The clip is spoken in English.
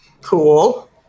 Cool